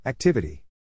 Activity